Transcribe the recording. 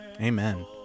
Amen